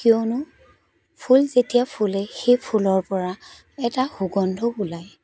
কিয়নো ফুল যেতিয়া ফুলে সেই ফুলৰ পৰা এটা সুগন্ধ ওলায়